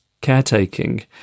caretaking